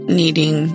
needing